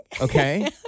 Okay